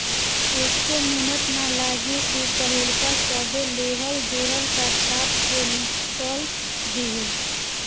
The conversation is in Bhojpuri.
एक्को मिनट ना लागी ऊ पाहिलका सभे लेहल देहल का छाप के निकल दिहि